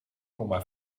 komma